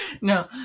No